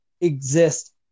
exist